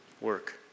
work